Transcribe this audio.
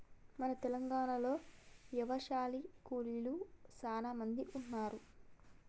మన తెలంగాణలో యవశాయ కూలీలు సానా మంది ఉన్నారు